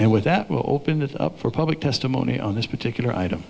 with that will open it up for public testimony on this particular item